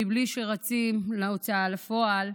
בלי שרצים להוצאה לפועל,